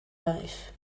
life